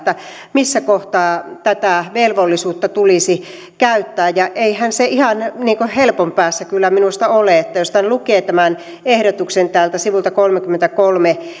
missä kohtaa tätä velvollisuutta tulisi käyttää eihän se ihan niin kuin helpon päässä kyllä minusta ole jos lukee tämän ehdotuksen täältä sivulta kolmekymmentäkolme